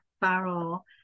barrel